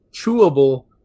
chewable